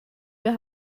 wir